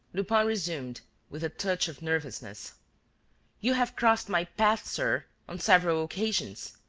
lupin resumed, with a touch of nervousness you have crossed my path, sir, on several occasions.